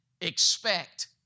expect